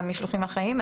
המשלוחים החיים,